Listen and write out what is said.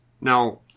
Now